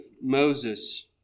Moses